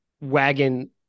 wagon